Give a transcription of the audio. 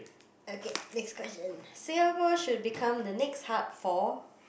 okay next question Singapore should become the next hub for